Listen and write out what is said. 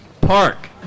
park